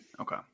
Okay